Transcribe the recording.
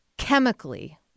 Chemically